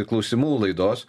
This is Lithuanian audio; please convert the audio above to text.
klausimų laidos